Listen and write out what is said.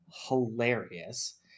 hilarious